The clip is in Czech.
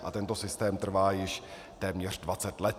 A tento systém trvá již téměř dvacet let.